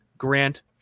grant